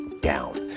down